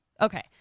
Okay